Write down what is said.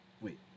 Wait